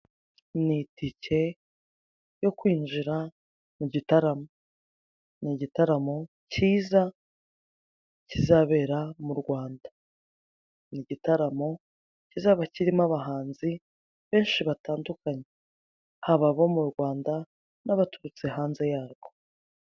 Ni itike yo kwinjira mugitaramo ni igitaramo kiza kizabera m'urwanda, ni igitaramo kizaba kirimo abahanzi benshi batandukanye haba abo m'urwanda n'abaturutse hanze yarwo.